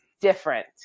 different